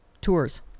tours